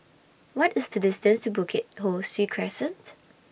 What IS The distance to Bukit Ho Swee Crescent